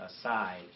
aside